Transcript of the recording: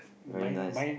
very nice